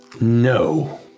No